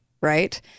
right